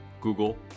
Google